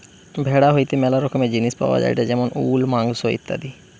ভেড়া হইতে ম্যালা রকমের জিনিস পাওয়া যায়টে যেমন উল, মাংস ইত্যাদি